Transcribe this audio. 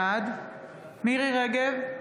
בעד מירי מרים רגב,